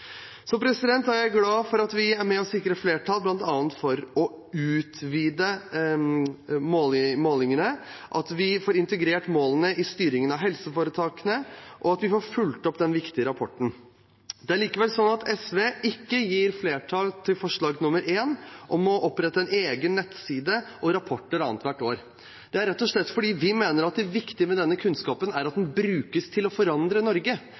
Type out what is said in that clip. Jeg er glad for at vi er med og sikrer flertall for bl.a. å utvide målingene, at vi får integrert målene i styringen av helseforetakene, og at vi får fulgt opp den viktige rapporten. Det er likevel sånn at SV ikke gir flertall til forslag nr. 1, om å opprette en egen nettside og utgi rapport annethvert år. Det er rett og slett fordi vi mener det viktige med denne kunnskapen er at den brukes til å forandre Norge,